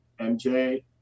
MJ